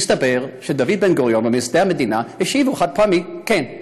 והסתבר שדוד בן-גוריון ומייסדי המדינה השיבו חד-משמעית: כן.